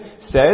says